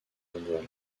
mondiale